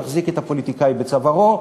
נחזיק את הפוליטיקאי בצווארו,